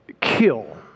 kill